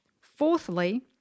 Fourthly